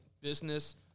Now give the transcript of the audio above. business